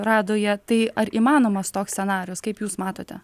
radoje tai ar įmanomas toks scenarijus kaip jūs matote